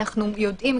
אנחנו יודעים,